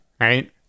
Right